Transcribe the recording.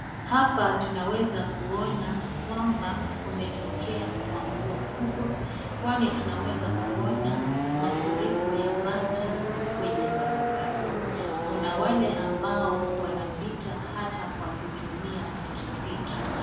Hapa tunaweza kuona kwamba kumetokea kwa mvua kubwa, kwani tunaweza kuona mafuriko ya maji kwenye barabara .Kuna wale wanapita ata Kwa kutumia pikipiki.